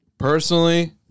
Personally